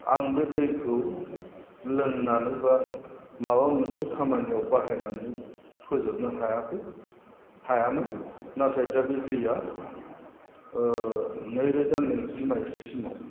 आं बे दैखौ लोंनानै बा माबा मोनसे खामानियाव बाहायनानै फोजोबनो हायाखै हायामोन नाथाय दा बे दैया ओह नैरोजा नैजि मायथायसिमाव